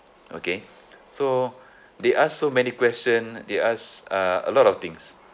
okay so they asked so many question they asked uh a lot of things